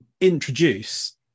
introduce